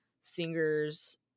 singers